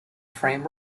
frame